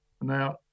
Now